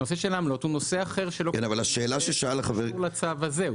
נושא העמלות לא קשור לצו הזה.